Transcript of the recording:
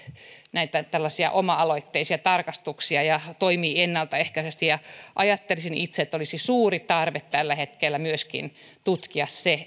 näitä tällaisia oma aloitteisia tarkastuksia ja toimii ennalta ehkäisevästi ajattelisin itse että olisi suuri tarve tällä hetkellä myöskin tutkia se